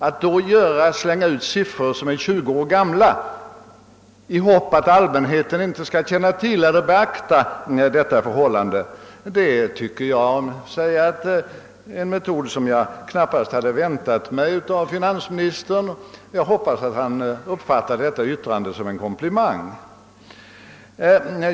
Att då slänga ut siffror som är 20 år gamla i hopp att allmänheten inte skall känna till eller beakta detta förhållandet, är, om jag får säga det, en metod som jag knappast hade väntat mig av finansministern — jag hoppas att han uppfattar det som en komplimang.